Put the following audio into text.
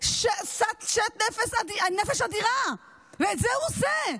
מעורר שאט נפש אדירה, ואת זה הוא עושה.